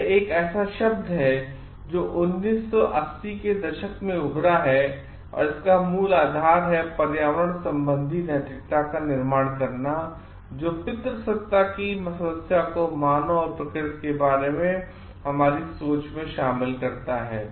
यह एक ऐसा शब्द है जो 1980 के दशक में उभरा है इसका मूल आधार है पर्यावरण संबंधी नैतिकता का निर्माण करना जो पितृसत्ता की समस्या को मानव और प्रकृति के बारे में हमारी सोच में शामिल करता है